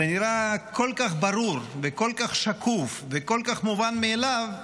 זה נראה כל כך ברור וכל כך שקוף וכל כך מובן מאליו,